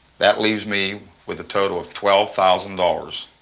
that leaves me with a total of twelve thousand dollars